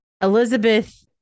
Elizabeth